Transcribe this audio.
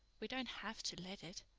we don't have to let it.